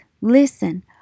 Listen